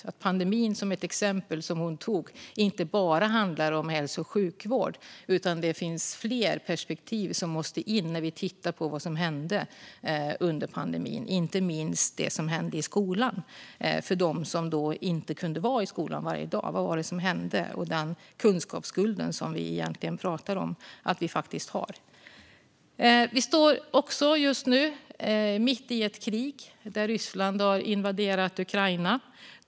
Hon tog pandemin som ett exempel, och menade att den inte bara handlade om hälso och sjukvård utan att det fanns fler perspektiv som nu måste in när vi tittar på vad som hände under pandemin, inte minst när det gäller det som hände för dem som inte kunde vara i skolan varje dag och den kunskapsskuld som vi pratar om att vi faktiskt har. Vad var det som hände? Vi står också just nu mitt i ett krig där Ryssland har invaderat Ukraina.